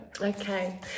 Okay